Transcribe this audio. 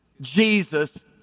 Jesus